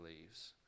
leaves